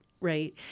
right